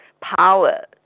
power